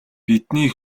бидний